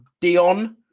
Dion